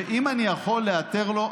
ואם אני יכול להיעתר לו,